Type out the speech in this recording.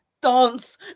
Dance